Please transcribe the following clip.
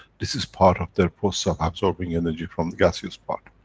this is part of their process of absorbing energy from the gaseous part.